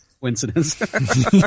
coincidence